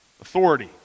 Authority